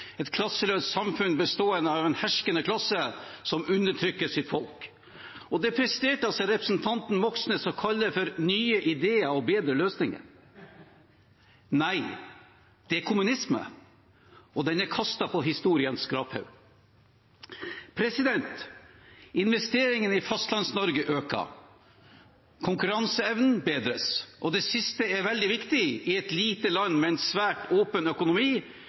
et klasseløst samfunn bestående av en herskende klasse som undertrykker sitt folk. Det presterte altså representanten Moxnes å kalle for nye ideer og bedre løsninger. Nei, det er kommunisme, og den er kastet på historiens skraphaug. Investeringene i Fastlands-Norge øker. Konkurranseevnen bedres – og det siste er veldig viktig i et lite land med en svært åpen økonomi,